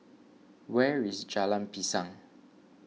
where is Jalan Pisang